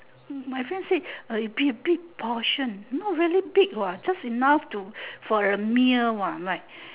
but friend say it'd be a big portion not really big what just enough to for a meal what like